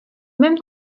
même